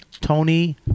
Tony